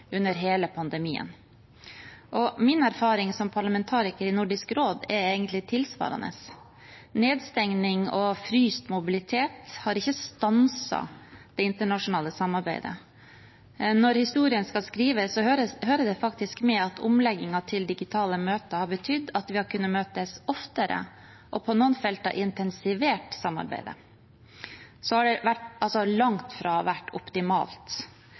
under hele pandemien, og min erfaring som parlamentariker i Nordisk råd er egentlig tilsvarende. Nedstengning og fryst mobilitet har ikke stanset det internasjonale samarbeidet. Når historien skal skrives, hører det faktisk med at omleggingen til digitale møter har betydd at vi har kunnet møtes oftere og på noen felt har intensivert samarbeidet. Det har vært langt fra optimalt.